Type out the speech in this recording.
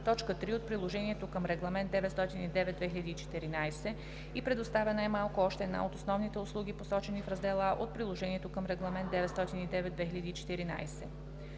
от приложението към Регламент (ЕС) № 909/2014, и предоставя най малко още една от основните услуги, посочени в раздел А от приложението към Регламент (ЕС) № 909/2014.